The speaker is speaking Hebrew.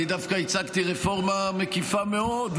אני דווקא הצגתי רפורמה מקיפה מאוד,